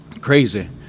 Crazy